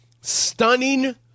Stunning